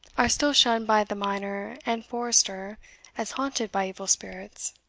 are still shunned by the miner and forester as haunted by evil spirits.